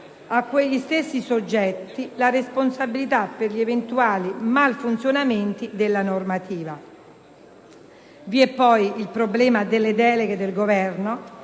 a quegli stessi soggetti le responsabilità per gli eventuali malfunzionamenti della normativa. Vi è poi il problema delle deleghe al Governo